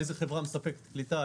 איזו חברה מספקת קליטה,